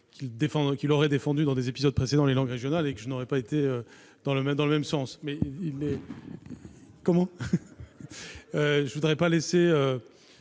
qu'il aurait défendu dans des épisodes précédents les langues régionales et que je ne serais pas allé dans le même sens